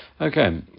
Okay